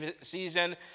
season